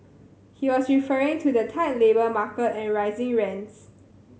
he was referring to the tight labour market and rising rents